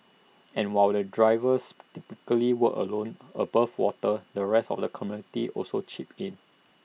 and while the divers typically work alone above water the rest of the community also chips in